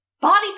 Body